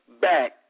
back